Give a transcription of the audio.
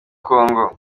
congo